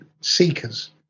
Seekers